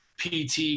PT